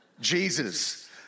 Jesus